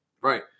Right